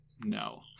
No